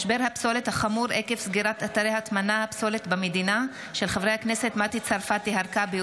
בנושאים האלה: הצעתם של חברי הכנסת מטי צרפתי הרכבי,